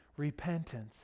repentance